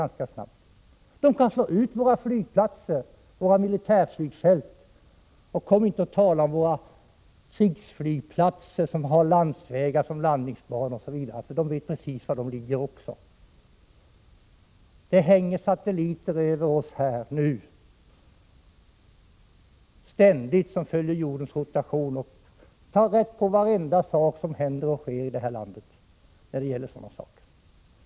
Stormakterna kan slå ut våra flygplatser, våra militärflygfält. Och kom inte och tala om våra krigsflygplatser, landsvägar som landningsbanor, osv. —- stormakterna vet precis var också de ligger. Det hänger ständigt satelliter över oss, som följer jordens rotation och tar rätt på varenda sak som händer och sker på det militära området här i landet.